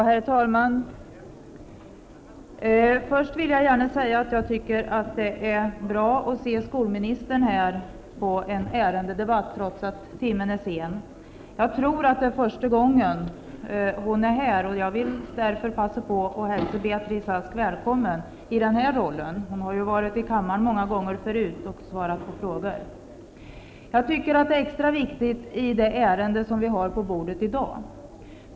Herr talman! Först vill jag gärna säga att jag tycker att det är bra att se skolministern här på en ärendedebatt, trots att timmen är sen. Jag tror att det är första gången, och jag vill därför passa på och hälsa Beatrice Ask välkommen i den rollen. Hon har ju varit i kammaren många gånger förut och svarat på frågor. Jag tycker att det är extra viktigt i det ärende vi har på bordet i dag.